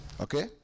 Okay